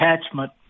attachment